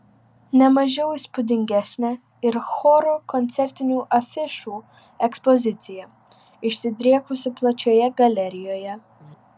ne mažiau įspūdingesnė ir choro koncertinių afišų ekspozicija išsidriekusi plačioje galerijoje